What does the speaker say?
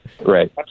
right